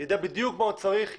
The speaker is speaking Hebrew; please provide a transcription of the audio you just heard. ידע בדיוק מה הוא צריך,